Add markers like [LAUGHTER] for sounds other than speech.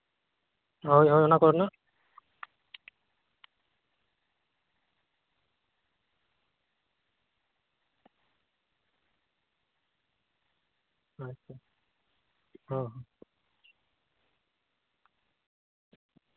ᱦᱳᱭ ᱦᱳᱭ ᱚᱱᱟ ᱠᱚᱨᱮᱱᱟᱜ ᱟᱪᱪᱷᱟ [UNINTELLIGIBLE]